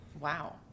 Wow